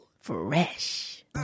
Fresh